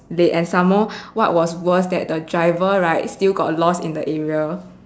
late and some more what was worse that the driver right still got lost in the area